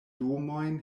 domojn